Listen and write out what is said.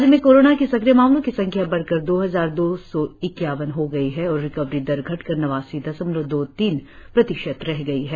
राज्य में कोरोना के सक्रिय मामलों की संख्या बढ़कर दो हजार दो सौ इक्यावन हो गई है और रिकवरी दर घटकर नवासी दशमलव दो तीन प्रतिशत रह गई है